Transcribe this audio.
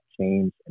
change